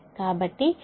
కాబట్టి VRVLrated3